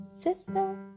Sister